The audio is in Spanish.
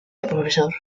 profesor